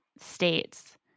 states